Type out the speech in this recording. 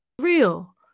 Real